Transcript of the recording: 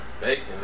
bacon